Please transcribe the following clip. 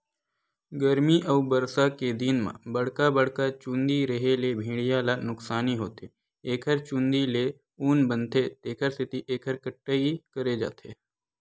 गरमी अउ बरसा के दिन म बड़का बड़का चूंदी रेहे ले भेड़िया ल नुकसानी होथे एखर चूंदी ले ऊन बनथे तेखर सेती एखर कटई करे जाथे